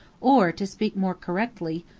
or, to speak more correctly,